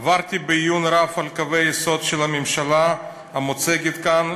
עברתי בעיון רב על קווי היסוד של הממשלה המוצגת כאן,